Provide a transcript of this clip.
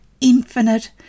infinite